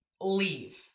leave